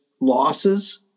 losses